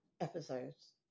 episodes